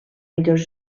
millors